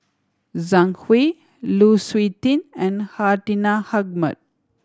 Zhang Hui Lu Suitin and Hartinah Ahmad